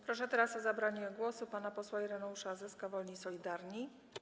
Proszę teraz o zabranie głosu pana posła Ireneusza Zyskę, Wolni i Solidarni.